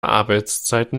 arbeitszeiten